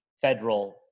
federal